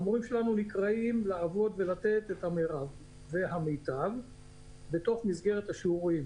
המורים שלנו נקראים לעשות את המיטב בתוך מסגרת השיעורים